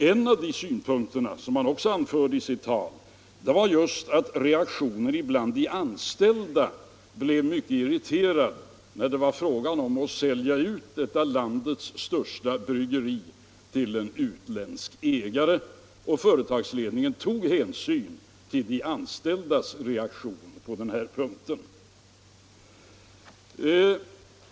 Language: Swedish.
En av dessa synpunkter, som han också anförde i sitt tal, var just att reaktionen bland de anställda blev irriterad när det var fråga om att sälja ut detta landets största bryggeri till en utländsk ägare. Företagsledningen tog hänsyn till de anställdas reaktion i detta fall.